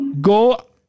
go